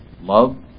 love